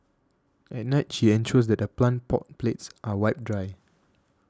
at night she ensures that her plant pot plates are wiped dry